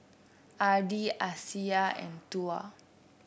Adi Aisyah and Tuah